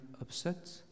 upset